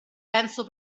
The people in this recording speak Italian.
penso